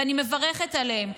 ואני מברכת עליהם,